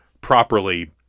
properly